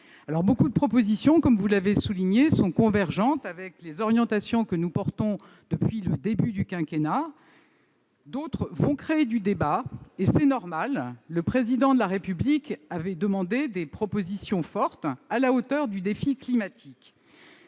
beaucoup de propositions sont convergentes avec les orientations que nous soutenons depuis le début du quinquennat. D'autres vont créer du débat, ce qui est normal : le Président de la République avait demandé des propositions fortes, à la hauteur du défi climatique.